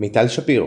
מיטל שפירו,